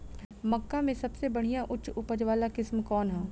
मक्का में सबसे बढ़िया उच्च उपज वाला किस्म कौन ह?